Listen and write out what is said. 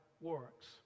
works